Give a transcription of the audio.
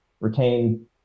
retain